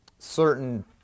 Certain